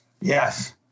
Yes